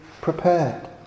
prepared